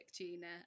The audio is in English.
Gina